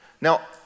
Now